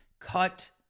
cut